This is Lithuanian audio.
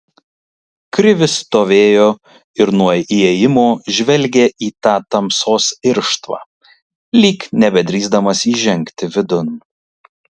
krivis stovėjo ir nuo įėjimo žvelgė į tą tamsos irštvą lyg nebedrįsdamas įžengti vidun